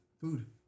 food